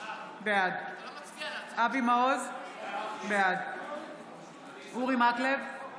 בעד אבי מעוז, בעד אורי מקלב,